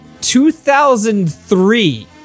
2003